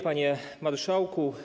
Panie Marszałku!